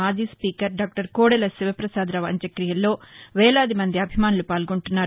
మాజీ speaker doctor Kodela Sivaprasadarao అంత్యక్రియల్లో వేలాదిమంది అభిమానులు పాల్గొంటున్నారు